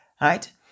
right